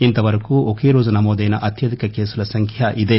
ఇంత వరకు ఒకే రోజు నమోదైన అత్యధిక కేసుల సంఖ్య ఇదే